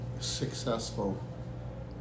successful